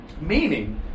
meaning